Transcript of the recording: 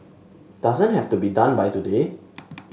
doesn't have to be done by today